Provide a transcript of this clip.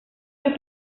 los